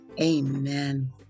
Amen